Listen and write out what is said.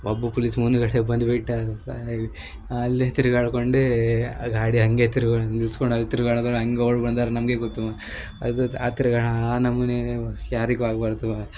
ಒಬ್ಬ ಪೊಲೀಸ್ ಮುಂದುಗಡೆ ಬಂದು ಬಿಟ್ಟ ಸಾಯಲಿ ಅಲ್ಲೇ ತಿರುಗಾಡ್ಕೊಂಡೇ ಗಾಡಿ ಹಂಗೆ ತಿರ್ಗೊ ನಿಲ್ಸ್ಕೊಂಡು ಅಲ್ಲಿ ತಿರ್ಗಾಡೋದೊಳಗೆ ಹಂಗೆ ಓಡಿ ಬಂದರು ನಮಗೆ ಗೊತ್ತು ಅದು ತ ಆ ಥರ ಗಾ ಆ ನಮೂನೆ ಯಾರಿಗೂ ಆಗಬಾರ್ದು